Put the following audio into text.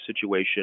situation